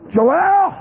Joel